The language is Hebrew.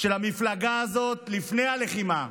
של המפלגה הזאת לפני הלחימה.